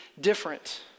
different